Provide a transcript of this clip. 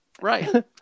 Right